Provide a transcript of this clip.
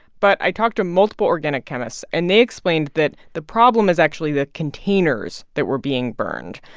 but i talked to multiple organic chemists, and they explained that the problem is actually the containers that were being burned.